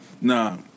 Nah